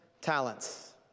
talents